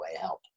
help